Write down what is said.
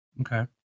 okay